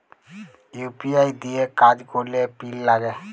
UPI দিঁয়ে কাজ ক্যরলে পিল লাগে